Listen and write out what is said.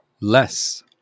less